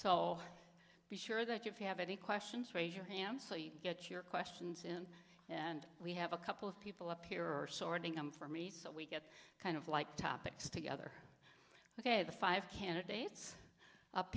so be sure you have any questions raise your hand so you can get your questions in and we have a couple of people up here are sorting them for me so we get kind of like topics together ok the five candidates up